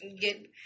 get